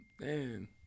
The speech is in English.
man